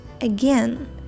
again